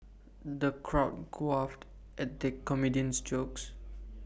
the crowd guffawed at the comedian's jokes